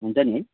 हुन्छ नि है